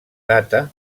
data